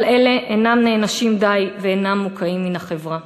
כל אלה אינם נענשים די ואינם מוקעים מן החברה.